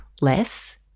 less